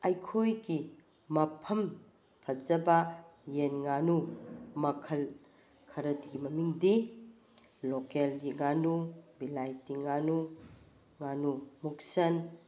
ꯑꯩꯈꯣꯏꯒꯤ ꯃꯐꯝ ꯐꯖꯕ ꯌꯦꯟ ꯉꯥꯅꯨ ꯃꯈꯜ ꯈꯔꯗꯤ ꯃꯃꯤꯡꯗꯤ ꯂꯣꯀꯦꯜꯒꯤ ꯉꯥꯅꯨ ꯕꯤꯂꯥꯏꯇꯤ ꯉꯥꯅꯨ ꯉꯥꯅꯨ ꯃꯨꯛꯁꯟ